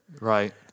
right